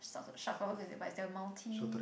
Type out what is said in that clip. sorts shucks I forgot what is it by their multi